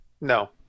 No